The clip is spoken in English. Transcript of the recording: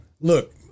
look